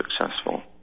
successful